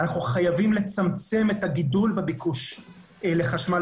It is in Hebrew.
אנחנו חייבים לצמצם את הגידול בביקוש לחשמל